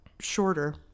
shorter